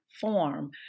form